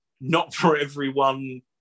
not-for-everyone